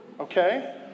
okay